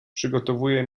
przygotowuje